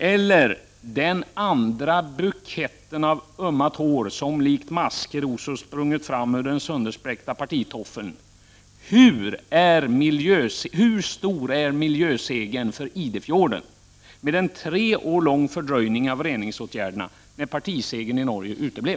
Eller hur är det med någon annan av de ömma tår som likt maskrosor sprungit fram ur den spräckta partitoffeln? Hur stor är miljösegern i Idefjorden, med en tre år lång fördröjning av reningsåtgärderna, när partiets seger i Norge uteblev?